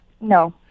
No